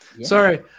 Sorry